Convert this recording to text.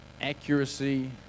accuracy